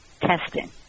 testing